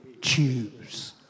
choose